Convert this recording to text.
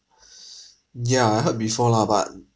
mm ya I heard before lah but